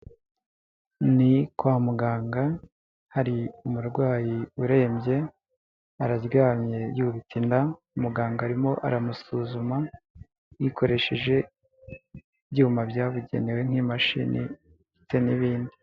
Ni kwa muganga, hari umurwayi urembye, araryamye yubitsa inda, umuganga arimo aramusuzuma yikoresheje ibyuma byabugenewe nk'imashini ndetse n'ibindi.